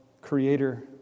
creator